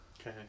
okay